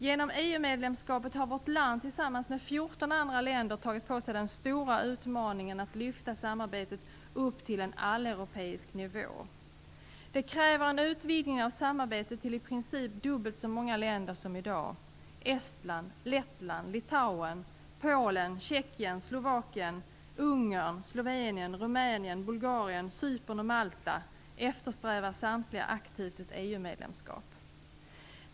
Genom EU medlemskapet har vårt land tillsammans med fjorton andra länder tagit på sig den stora utmaningen att lyfta samarbetet upp till en alleuropeisk nivå. Det kräver en utvidgning av samarbetet till i princip dubbelt så många länder som i dag. Estland, Lettland, Litauen, Polen, Tjeckien, Slovakien, Ungern, Slovenien, Rumänien, Bulgarien, Cypern och Malta eftersträvar samtliga aktivt ett EU-medlemskap.